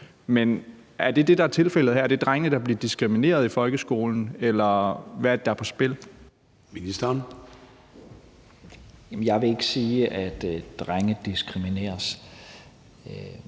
Men er det det, der er tilfældet her? Er det drengene, der bliver diskrimineret i folkeskolen? Eller hvad er det, der er på spil? Kl. 13:58 Formanden (Søren Gade): Ministeren.